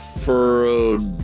furrowed